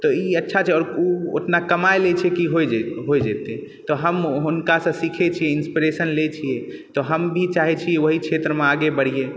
तऽ ई अच्छा छै ओतना कमाय लै छै कि होइ जयतय तऽ हम हुनकासँ सीखैत छियै इन्सपिरेशन लैत छियै तऽ हम भी चाहैत छियै ओहि क्षेत्रमे आगे बढ़िए